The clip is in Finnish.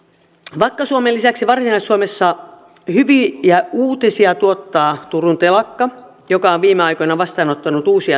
vakka suomen lisäksi varsinais suomessa hyviä uutisia tuottaa turun telakka joka on viime aikoina vastaanottanut uusia tilauksia